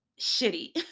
shitty